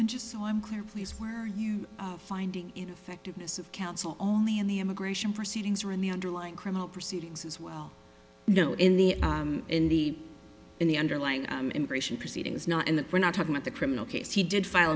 and just so i'm clear please where are you finding ineffectiveness of counsel only in the immigration proceedings or in the underlying criminal proceedings as well no in the in the in the underlying immigration proceedings not in the we're not talking of the criminal case he did file